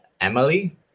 Emily